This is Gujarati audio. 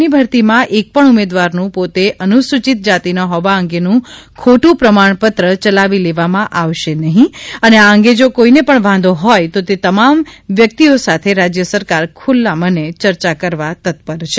ની ભરતીમાં એકપણ ઉમેદવારનું પોતે અનુસુચિત જાતિના હોવા અંગે નું ખોટું પ્રમાણપત્ર ચલાવી લેવામાં આવશે નહી અને આ અંગે જો કોઇને પણ વાંધો હોય તો તે તમામ વ્યકિતઓ સાથે રાજય સરકાર ખુલ્લા મને ચર્ચા કરવા તત્પર છે